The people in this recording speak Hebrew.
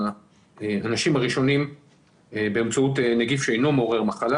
האנשים הראשונים באמצעות נגיף שאינו מעורר מחלה